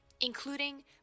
including